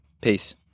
Peace